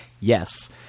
yes